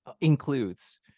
includes